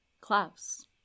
Klaus